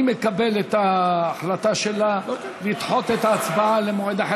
אני מקבל את ההחלטה שלה לדחות את ההצבעה למועד אחר,